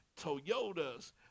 Toyotas